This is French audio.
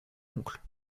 oncle